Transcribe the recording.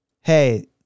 Hey